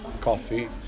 coffee